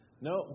No